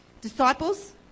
Disciples